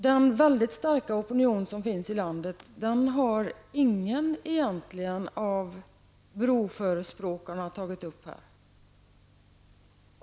Den väldigt starka opinion som finns i landet har egentligen ingen av broförespråkarna tagit upp här.